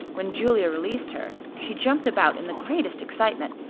when julia released her, she jumped about in the greatest excitement,